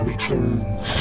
Returns